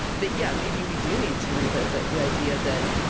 that yeah, maybe we do need to revisit the idea that,